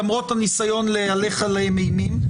למרות הניסיון להלך עליהם אימים.